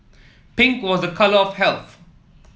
pink was a colour of health